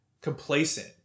complacent